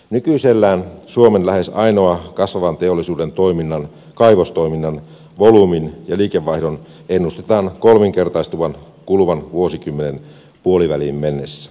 nykyisellään suomen lähes ainoan kasvavan teollisuuden toiminnan kaivostoiminnan volyymin ja liikevaihdon ennustetaan kolminkertaistuvan kuluvan vuosikymme nen puoliväliin mennessä